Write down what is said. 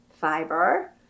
fiber